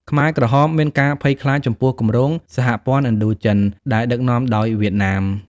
ខ្មែរក្រហមមានការភ័យខ្លាចចំពោះគម្រោង «សហព័ន្ធឥណ្ឌូចិន» ដែលដឹកនាំដោយវៀតណាម។